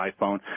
iPhone